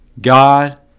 God